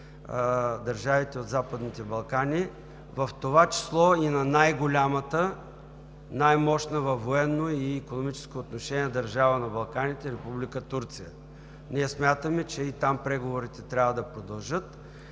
държавите от Западните Балкани, в това число и на най-голямата, най-мощна във военно и икономическо отношение държава на Балканите – Република Турция. Ние смятаме, че и там преговорите, трябва да продължат,